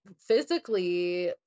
physically